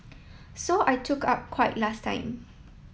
so I took up quite last time